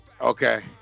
okay